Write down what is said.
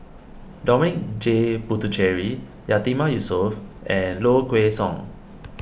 Dominic J Puthucheary Yatiman Yusof and Low Kway Song